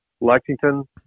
Lexington